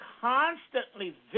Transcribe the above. constantly